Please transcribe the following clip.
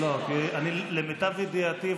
למיטב ידיעתי,